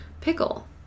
pickle